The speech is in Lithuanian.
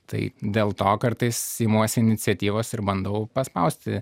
tai dėl to kartais imuosi iniciatyvos ir bandau paspausti